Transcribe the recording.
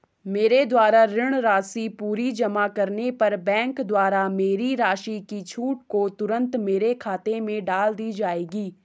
मेरे द्वारा ऋण राशि पूरी जमा करने पर बैंक द्वारा मेरी राशि की छूट को तुरन्त मेरे खाते में डाल दी जायेगी?